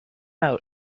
out